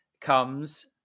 comes